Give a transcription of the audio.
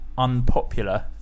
unpopular